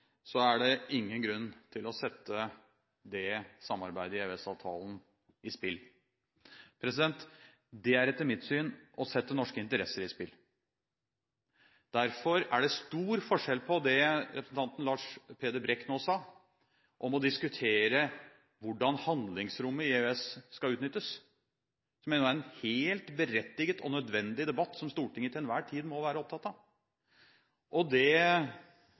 er det ingen grunn til å sette det samarbeidet i EØS-avtalen på spill. Det er etter mitt syn å sette norske interesser på spill. Derfor er det stor forskjell på det som representanten Lars Peder Brekk nå sa – om å diskutere hvordan handlingsrommet i EØS-avtalen skal utnyttes, som jeg mener var en helt berettiget og nødvendig debatt, som Stortinget til enhver tid må være opptatt av – og det